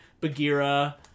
Bagheera